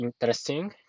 interesting